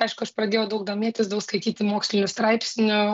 aišku aš pradėjau daug domėtis daug skaityti mokslinių straipsnių